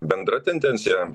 bendra tendencija